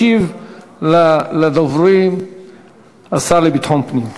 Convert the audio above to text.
ישיב לדוברים השר לביטחון פנים.